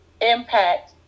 impact